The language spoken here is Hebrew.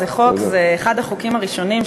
זה אחד החוקים הראשונים,